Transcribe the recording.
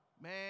Man